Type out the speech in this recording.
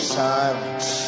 silence